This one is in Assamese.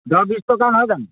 দহ বিশ টকা হয় জানোঁ